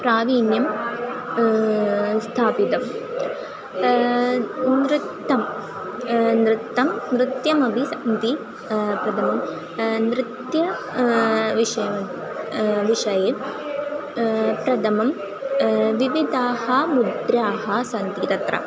प्राविण्यं स्थापितं नृत्तं नृत्तं नृत्यमपि सन्ति प्रथमं नृत्य विषय विषये प्रथमं विविधाः मुद्राः सन्ति तत्र